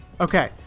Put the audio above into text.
Okay